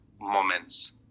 moments